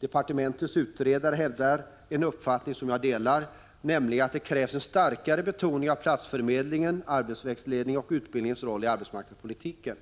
Departementets utredare hävdar en uppfattning som jag delar, nämligen att det krävs en starkare betoning av platsförmedlingens, arbetsvägledningens och utbildningens roll i arbetsmarknadspolitiken.